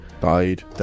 died